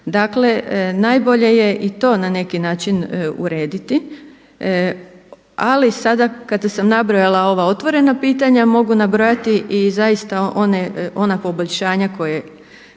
Dakle, najbolje je i to na neki način urediti, ali sada kada sam nabrojala ova otvorena pitanja mogu nabrojati i zaista ona poboljšanja koje